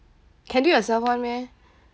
can do yourself [one] meh